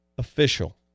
Official